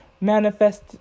manifest